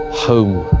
Home